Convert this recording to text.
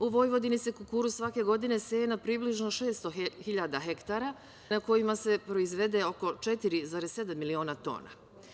U Vojvodini se kukuruz svake godine seje na približno 600 hiljada hektara, na kojima se proizvede oko 4,7 miliona tona.